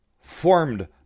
formed